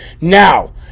now